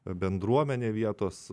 bendruomenę vietos